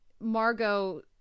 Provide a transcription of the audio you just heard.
Margot